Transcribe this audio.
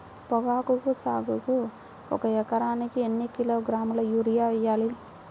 పొగాకు సాగుకు ఒక ఎకరానికి ఎన్ని కిలోగ్రాముల యూరియా వేయాలి?